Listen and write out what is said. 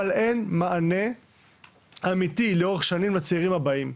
אבל אין מענה אמיתי לאורך שנים לצעירים הבאים.